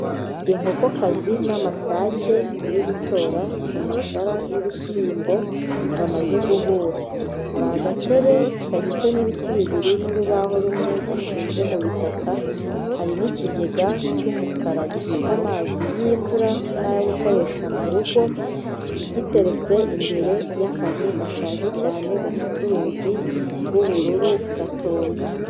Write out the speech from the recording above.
Inkokokazi n'amasake biri gutora mu mashara y'ibishyimbo bamaze guhura, hari agatebe kagizwe n'ibiti bibiri n'urubaho rumwe gashinze mu bitaka, hari n'ikigega cy'umukara gifata amazi y'imvura, n'ayo gukoresha mu rugo, giteretse imbere y'akazu gashaje cyane, gafite urugi rw'ubururu gatoya .